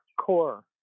core